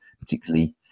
particularly